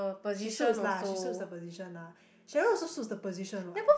she suits lah she suits the position lah Cheryl also suits the position what